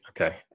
Okay